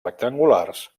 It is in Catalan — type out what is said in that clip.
rectangulars